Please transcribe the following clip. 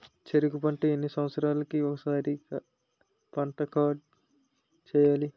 చెరుకు పంట ఎన్ని సంవత్సరాలకి ఒక్కసారి పంట కార్డ్ చెయ్యాలి?